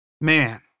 Man